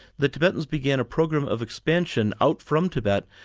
the tibetans began a program of expansion out from tibet,